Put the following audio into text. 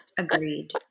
Agreed